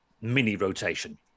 mini-rotation